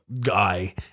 guy